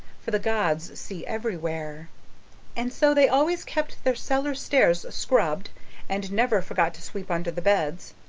for the gods see everywhere and so they always kept their cellar stairs scrubbed and never forgot to sweep under the beds.